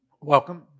Welcome